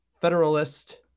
federalist